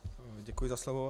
Děkuji za slovo.